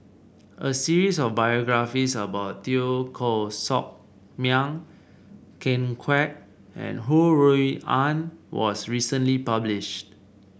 a series of biographies about Teo Koh Sock Miang Ken Kwek and Ho Rui An was recently published